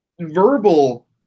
verbal